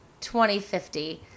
2050